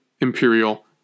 imperial